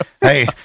hey